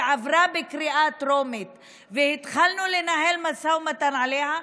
היא עברה בקריאה טרומית והתחלנו לנהל משא ומתן עליה.